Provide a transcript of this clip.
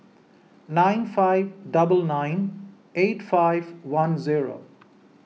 nine five double nine eight five one zero